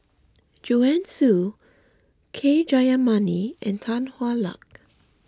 Joanne Soo K Jayamani and Tan Hwa Luck